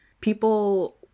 People